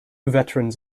veterans